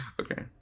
Okay